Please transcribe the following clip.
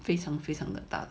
非常非常的大